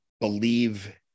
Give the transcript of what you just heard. believe